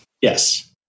Yes